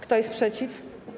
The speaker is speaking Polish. Kto jest przeciw?